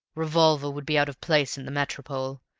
revolver would be out of place in the metropole,